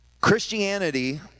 Christianity